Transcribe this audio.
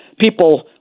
people